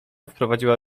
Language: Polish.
wprowadziła